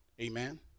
amen